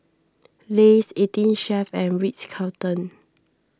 Lays eighteen Chef and Ritz Carlton